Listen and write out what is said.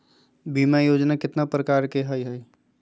बीमा योजना केतना प्रकार के हई हई?